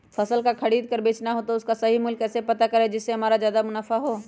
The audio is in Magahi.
फल का खरीद का बेचना हो तो उसका सही मूल्य कैसे पता करें जिससे हमारा ज्याद मुनाफा हो?